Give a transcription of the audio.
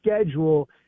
schedule